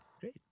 great